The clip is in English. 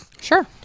sure